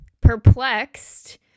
perplexed